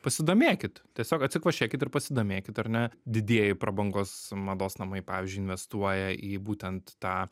pasidomėkit tiesiog atsikvošėkit ir pasidomėkit ar ne didieji prabangos mados namai pavyzdžiui investuoja į būtent tą